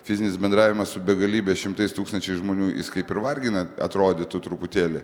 fizinis bendravimas su begalybe šimtais tūkstančiais žmonių jis kaip ir vargina atrodytų truputėlį